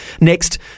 Next